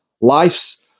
Life's